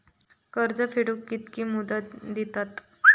कर्ज फेडूक कित्की मुदत दितात?